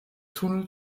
tunnel